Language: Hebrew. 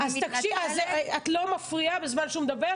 את לא מפריעה בזמן שהוא מדבר.